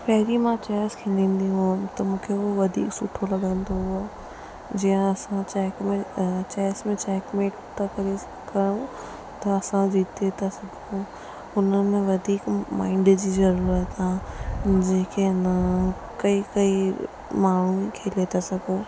पहिरीं मां चेस खेॾंदी हुअमि त मूंखे हूअ वधीक सुठो लॻंदो हुओ जीअं असां चेक मेट अ चेस में चेक मेट था करे कयूं त असां जीते था सघऊं उन में वधीक माइंड जी ज़रूरत आहे जेके अञा कई कई माण्हुनि खे ॾई था सघऊं